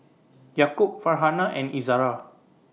Yaakob Farhanah and Izara